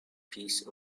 piece